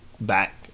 back